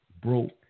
broke